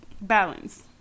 Balance